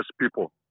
people